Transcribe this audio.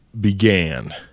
began